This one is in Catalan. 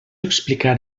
explicar